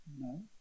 No